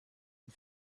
and